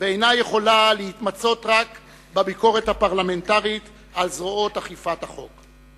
אינה יכולה להתמצות רק בביקורת הפרלמנטרית על זרועות אכיפת החוק.